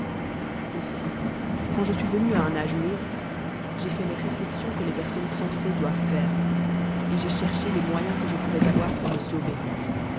aussi quand je luis venu à un age mur j'ai fait les réflexions que les persoanes t'bsie doivent faire et j'ai cherché les moyens que je pourrais avoir pour me seaver